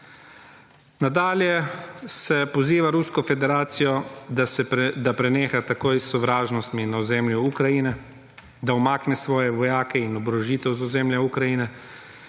Nadalje se poziva Rusko federacijo, da preneha takoj s sovražnostmi na ozemlju Ukrajine, da umakne svoje vojake in oborožitev z ozemlja Ukrajine